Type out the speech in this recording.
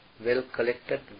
Well-collected